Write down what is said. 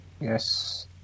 Yes